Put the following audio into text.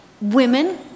women